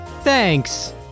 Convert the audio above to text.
Thanks